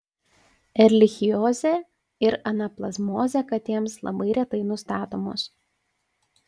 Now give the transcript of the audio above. erlichiozė ir anaplazmozė katėms labai retai nustatomos